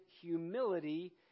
humility